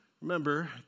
remember